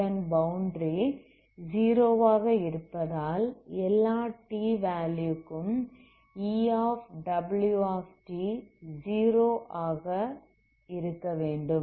இதன் பௌண்டரி 0 ஆக இருப்பதால் எல்லா t வேல்யூ க்கும்Ewt 0 ஆக இருக்க வேண்டும்